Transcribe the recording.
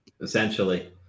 Essentially